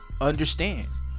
understands